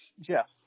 Jeff